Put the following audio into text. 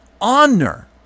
honor